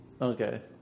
okay